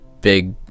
big